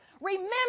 remember